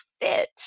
fit